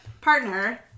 partner